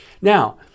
Now